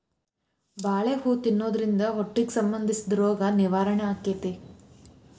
ಬಾಳೆ ಹೂ ತಿನ್ನುದ್ರಿಂದ ಹೊಟ್ಟಿಗೆ ಸಂಬಂಧಿಸಿದ ರೋಗ ನಿವಾರಣೆ ಅಕೈತಿ